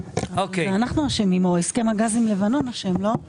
אנחנו אשמים או הסכם הגז עם לבנון אשם, לא?